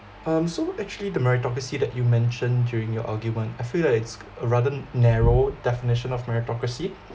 um so actually the meritocracy that you mentioned during your argument I feel like it's a rather narrow definition of meritocracy